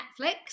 Netflix